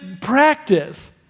practice